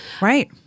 Right